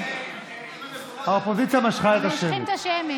אם תבוא לכאן ותצביע נגד,